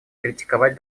критиковать